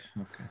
okay